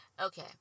Okay